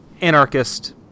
anarchist